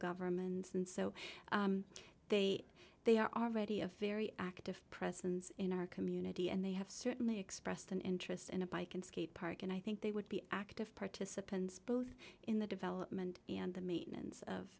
governments and so they they are already a very active presence in our community and they have certainly expressed an interest in a bike and skate park and i think they would be active participants both in the development and the maintenance of